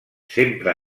sempre